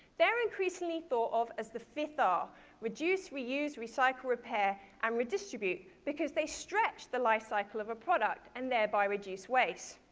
they're increasingly thought of as the fifth r reduce, reuse, recycle, repair and um redistribute because they stretch the life cycle of a product and thereby reduce waste.